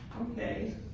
Okay